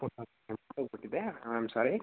ಮರ್ತು ಹೋಗಿಬಿಟ್ಟಿದೆ I am sorry